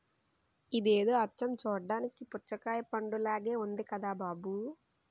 ఇదేదో అచ్చం చూడ్డానికి పుచ్చకాయ పండులాగే ఉంది కదా బాబూ